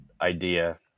idea